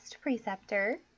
preceptor